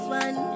one